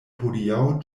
hodiaŭ